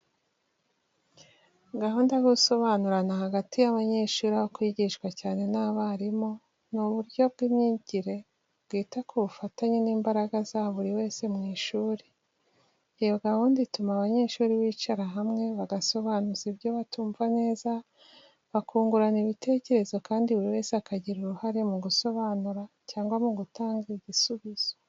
Gahunda yo gusobanurirana hagati y’abanyeshuri aho kwigishwa cyane n’abarimu ni uburyo bw’imyigire bwita ku bufatanye n’imbaraga za buri wese mu ishuri. Iyo gahunda ituma abanyeshuri bicara hamwe, bagasobanuza ibyo batumva neza, bakungurana ibitekerezo kandi buri wese akagira uruhare mu gusobanura cyangwa mu gutanga igisubizo.